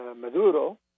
Maduro